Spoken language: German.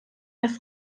erst